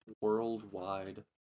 Worldwide